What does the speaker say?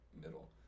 middle